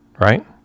right